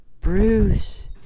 bruce